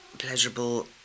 pleasurable